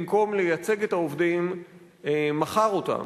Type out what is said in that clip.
במקום לייצג את העובדים מכר אותם,